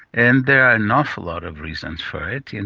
and there are an awful lot of reasons for it. you know